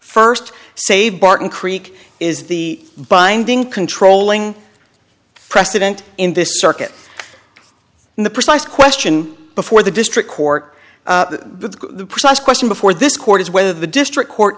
first save barton creek is the binding controlling precedent in this circuit and the precise question before the district court with the precise question before this court is whether the district court